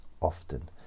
often